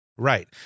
Right